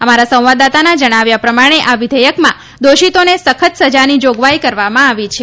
અમારા સંવાદદાતાના જણાવ્યા પ્રમાણે આ વિઘેયકમાં દોષિતોને સખ્ત સજાની જાગવાઇ કરવામાં આવી છે